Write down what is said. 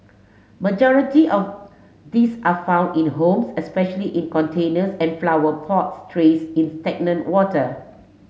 majority of these are found in home especially in containers and flower pot trays in stagnant water